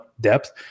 depth